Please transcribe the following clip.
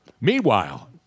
Meanwhile